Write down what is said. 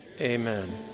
Amen